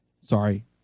Sorry